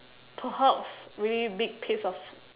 perhaps really big piece of